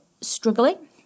struggling